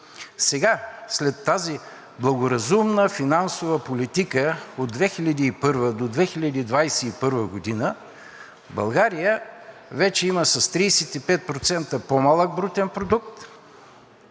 Сега, след тази благоразумна финансова политика от 2001 до 2021 г. България вече има с 35% по-малък брутен продукт,